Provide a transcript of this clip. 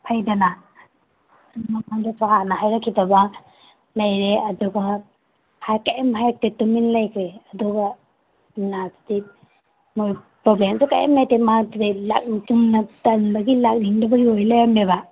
ꯐꯩꯗꯅ ꯑꯩꯉꯣꯟꯗꯁꯨ ꯍꯥꯟꯅ ꯍꯥꯏꯔꯛꯈꯤꯗꯕ ꯂꯩꯔꯦ ꯑꯗꯨꯒ ꯀꯩꯝ ꯍꯥꯏꯔꯛꯇꯦ ꯇꯨꯃꯤꯟ ꯂꯩꯈ꯭ꯔꯦ ꯑꯗꯨꯒ ꯂꯥꯁꯇꯤ ꯄ꯭ꯔꯣꯕ꯭ꯂꯦꯝꯁꯨ ꯀꯦꯝ ꯂꯩꯇꯦ ꯆꯨꯝꯅ ꯇꯟꯕꯒꯤ ꯂꯥꯛꯅꯤꯡꯗꯕꯩ ꯑꯣꯏꯔꯝꯃꯦꯕ